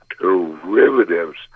derivatives